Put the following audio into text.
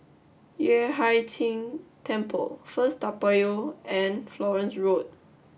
Yueh Hai Ching Temple First Toa Payoh and Florence Road